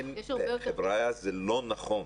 חבריה, זה לא נכון.